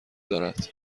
دارد